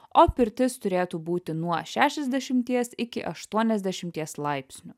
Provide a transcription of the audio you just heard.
o pirtis turėtų būti nuo šešiasdešimties iki aštuoniasdešimties laipsnių